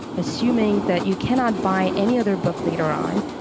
assuming that you cannot buy any other book later on,